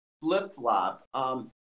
flip-flop